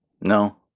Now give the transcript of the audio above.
No